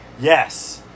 Yes